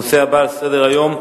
הנושא הבא על סדר-היום הוא